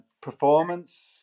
performance